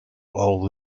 all